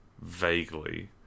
vaguely